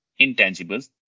intangibles